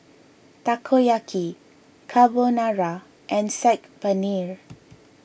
Takoyaki Carbonara and Saag Paneer